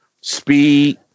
Speed